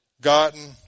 gotten